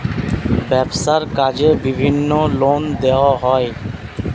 ব্যবসার কাজে বিভিন্ন লোন দেওয়া হয়